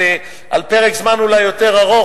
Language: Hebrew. על פרק זמן אולי יותר ארוך,